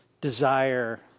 desire